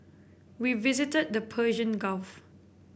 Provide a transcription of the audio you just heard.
we visited the Persian Gulf